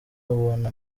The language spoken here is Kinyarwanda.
ubona